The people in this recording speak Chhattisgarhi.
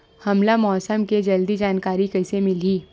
हमला मौसम के जल्दी जानकारी कइसे मिलही?